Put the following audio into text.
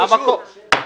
פשוט.